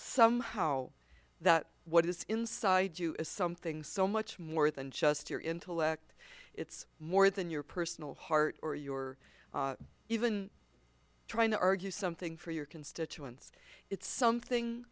somehow that what is inside you is something so much more than just your intellect it's more than your personal heart or your even trying to argue something for your constituents it's something